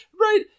right